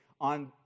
on